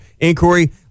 inquiry